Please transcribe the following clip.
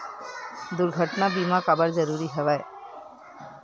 दुर्घटना बीमा काबर जरूरी हवय?